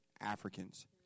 Africans